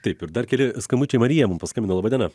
taip ir dar keli skambučiai marija mum paskambino laba diena